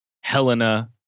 Helena